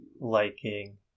liking